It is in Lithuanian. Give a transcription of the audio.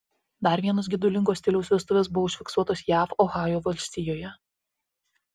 dar vienos gedulingo stiliaus vestuvės buvo užfiksuotos jav ohajo valstijoje